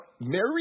Mary